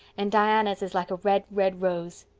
and diana's is like a red, red rose.